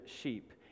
sheep